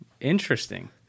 interesting